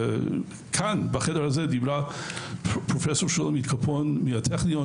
כאן בחדר הזה דיברה פרופ' שולמית קפון מן הטכניון,